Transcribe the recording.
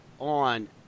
on